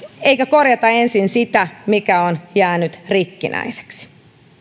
eikä korjata ensin sitä mikä on jäänyt rikkinäiseksi